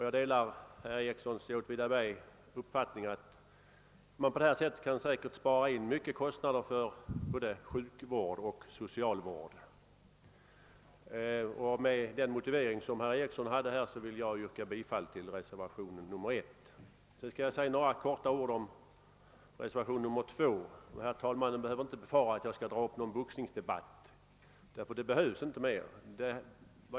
Jag delar herr Ericssons i Åtvidaberg uppfattning om att man på detta sätt säkerligen kan spara in stora kostnader för både sjukvård och socialvård. Med samma motivering som herr Ericsson i Åtvidaberg vill jag yrka bifall till reservationen 1. Jag ber sedan att få säga några få ord om reservationen 2. Herr talmannen behöver inte befara att jag nu äm nar dra upp någon boxningsdebatt; en sådan behövs ju inte mer.